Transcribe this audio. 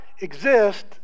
exist